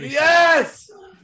yes